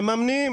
מממנים